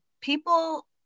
people